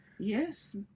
yes